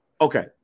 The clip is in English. okay